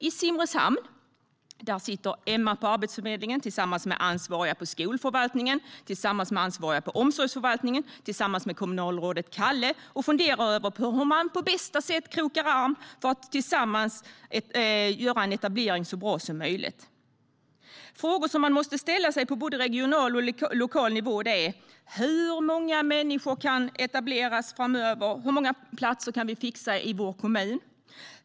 I Simrishamn sitter Emma på Arbetsförmedlingen tillsammans med ansvariga på skolförvaltningen, tillsammans med ansvariga på omsorgsförvaltningen och tillsammans med kommunalrådet Kalle och funderar på hur man på bästa sätt krokar arm för att tillsammans göra en etablering så bra som möjligt. Frågor som man måste ställa sig på både regional och lokal nivå är: Hur många människor kan etableras framöver? Hur många platser kan vi fixa i vår kommun?